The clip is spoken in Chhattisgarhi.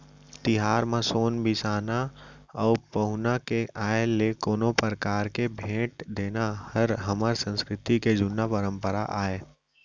तिहार म सोन बिसाना अउ पहुना के आय ले कोनो परकार के भेंट देना हर हमर संस्कृति के जुन्ना परपंरा आय